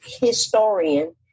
historian